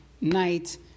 night